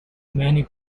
many